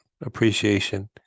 appreciation